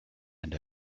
and